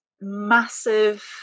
massive